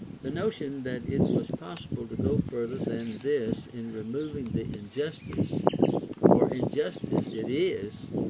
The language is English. the notion that it was possible to go further than this in removing the injustice for injustice it is,